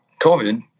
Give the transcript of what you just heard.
COVID